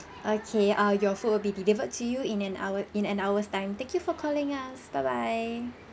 okay err your food will be delivered to you in an hour in an hour time thank you for calling us bye bye